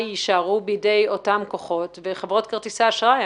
יישארו בידי אותם כוחות וחברות כרטיסי האשראי,